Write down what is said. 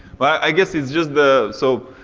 but i guess it's just the, so,